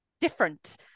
different